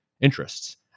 interests